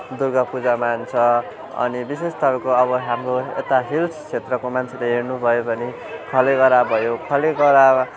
दुर्गा पूजा मान्छ अनि विशेष तपाईँको अब हाम्रो यता हिल्स क्षेत्रको मान्छेलाई हेर्नुभयो भने खलेगह्रा भयो खलेगह्रा